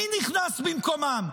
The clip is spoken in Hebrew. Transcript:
מי נכנס במקומם?